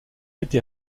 été